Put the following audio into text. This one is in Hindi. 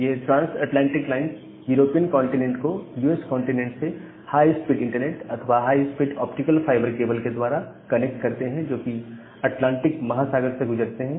ये transatlantic lines European continent को यूएस कॉन्टिनेंट से हाई स्पीड इंटरनेट अथवा high speed optical fibre cable के द्वारा कनेक्ट करते हैं जोकि अटलांटिक महासागर से गुजरते हैं